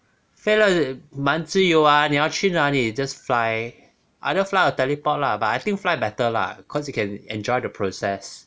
飞了蛮自由啊你要去哪里 just fly either fly or teleport lah but I think fly better lah cause you can enjoy the process